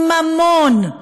עם ממון,